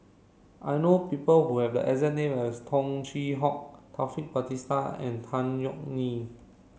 I know people who have the exact name as Tung Chye Hong Taufik Batisah and Tan Yeok Nee